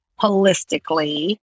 holistically